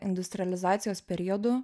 industrializacijos periodu